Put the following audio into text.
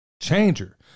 changer